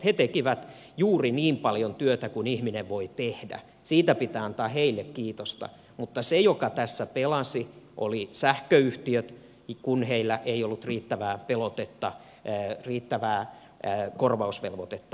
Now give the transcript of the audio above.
he tekivät juuri niin paljon työtä kuin ihminen voi tehdä siitä pitää antaa heille kiitosta mutta ne jotka tässä pelasivat olivat sähköyhtiöt kun niillä ei ollut riittävää pelotetta riittävää korvausvelvoitetta niskassa